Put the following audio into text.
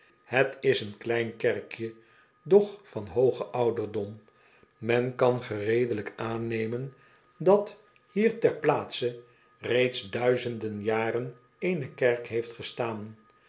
het is een klein kerkje doch van hoogen ouderdom men kan gereedelijk aannemen dat hier ter plaatse reeds duizenden jaren eene kerk heeft gestaan